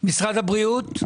משרד הבריאות.